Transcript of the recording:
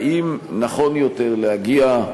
האם נכון יותר להגיע,